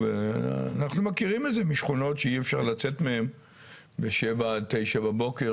ואנחנו חושבים שכחלק מהתכנון צריך גם לייצר תעדוף שיהיה ברור,